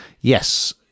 yes